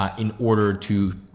um in order to,